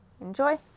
Enjoy